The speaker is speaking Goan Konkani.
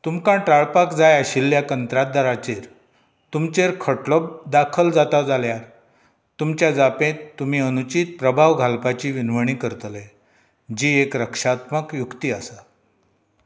तुमकां टाळपाक जाय आशिल्ल्या कंत्रातदाराचेर तुमचेर खटलो दाखल जाता जाल्यार तुमच्या जापेंत तुमी अनुचीत प्रभाव घालपाची विनवणी करतले जी एक रक्षात्मक युक्ती आसा